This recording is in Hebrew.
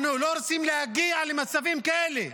אנחנו לא רוצים להגיע למצבים כאלה.